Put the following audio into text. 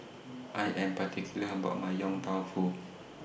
I Am particular about My Yong Tau Foo